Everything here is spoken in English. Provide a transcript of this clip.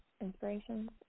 inspirations